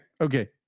okay